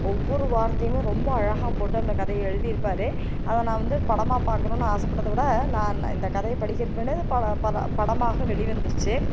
ஒவ்வொரு வார்த்தையுமே ரொம்ப அழகாக போட்டு அந்த கதையை எழுதிருப்பாரு அதை நான் வந்து படமாக பார்க்கணுன்னு ஆசைப்பட்டத விட நான் இந்த கதையை படிக்கிறக்கு முன்னாடியே பட பட படமாக வெளி வந்துடுச்சு